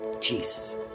Jesus